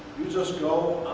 you just go